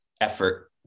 effort